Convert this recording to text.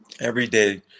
everyday